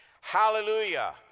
Hallelujah